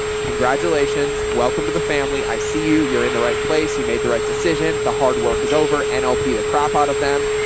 congratulations. welcome to the family. i see you. you're in the right place. you made the right decision. the hard work is over and lp. the crap out of them.